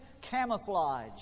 camouflage